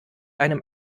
einem